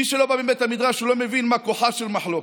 מי שלא בא מבית המדרש לא מבין מה כוחה של מחלוקת.